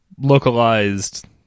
localized